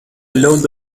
load